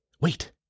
Wait